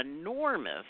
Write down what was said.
enormous